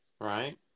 Right